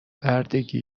بردگی